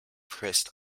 pressed